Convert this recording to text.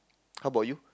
how about you